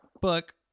book